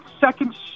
second